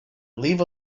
leave